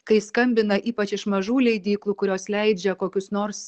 kai skambina ypač iš mažų leidyklų kurios leidžia kokius nors